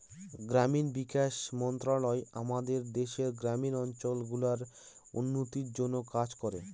গ্রামীণ বিকাশ মন্ত্রণালয় আমাদের দেশের গ্রামীণ অঞ্চল গুলার উন্নতির জন্যে কাজ করে